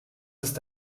ist